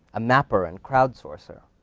a mapper and crowd sourcer.